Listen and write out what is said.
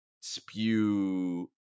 spew